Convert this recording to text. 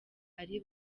ari